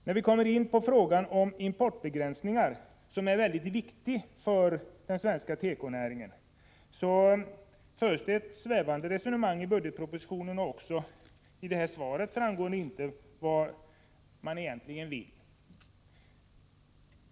När vi kommer in på frågan om importbegränsningar, som är en mycket viktig fråga för den svenska tekonäringen, förs det ett svävande resonemang i budgetpropositionen. Inte heller av svaret framgår det vad man egentligen vill.